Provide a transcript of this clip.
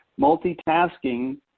multitasking